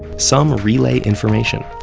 some relay information,